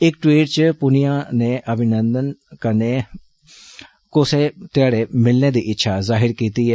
इक ट्वीट च पूनिया नै अभिनन्दन कन्नै कुसै ध्याडै मिलने दी इच्छा जाहर कीती ऐ